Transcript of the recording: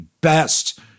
best